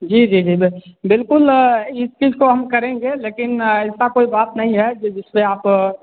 जी जी जी ब बिल्कुल इस चीज को हम करेंगे लेकिन ऐसा कोई बात नहीं है जे जिस पर आप